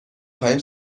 خواهیم